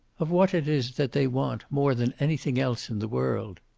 of what it is that they want more than anything else in the world.